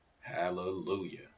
Hallelujah